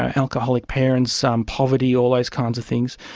ah alcoholic parents, um poverty, all those kinds of things,